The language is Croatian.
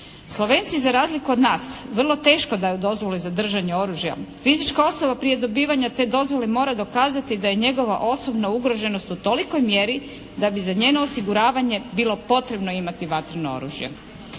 Slovenci za razliku od nas vrlo često izdaju dozvolu za držanje oružja. Fizička osoba prije dobivanja te dozvole mora dokazati da je njegova osobna ugroženost u tolikoj mjeri da bi za njeno osiguravanje bilo potrebno imati vatreno oružje.